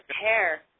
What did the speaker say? hair